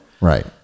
right